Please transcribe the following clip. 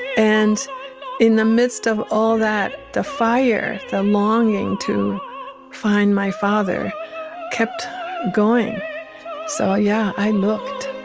and in the midst of all that, the fire, the longing to find my father kept going so, yeah, i looked